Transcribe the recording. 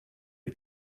die